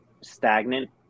stagnant